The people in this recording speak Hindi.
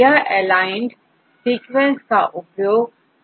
इन एलाइंड सीक्वेंसेस का उपयोगCLUSTAL से करेंगे